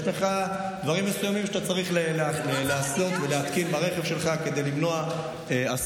יש לך דברים שאתה צריך לעשות ולהתקין ברכב שלך כדי למנוע אסונות.